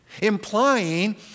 implying